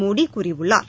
மோடி கூறியுள்ளார்